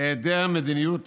"היעדר מדיניות